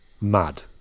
mad